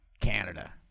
Canada